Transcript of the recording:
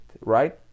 right